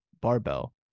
barbell